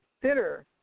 consider